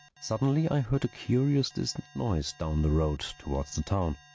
suddenly i heard a curious distant noise down the road, towards the town.